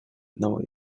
одного